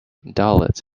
dalits